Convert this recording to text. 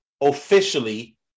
officially